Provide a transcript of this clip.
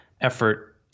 effort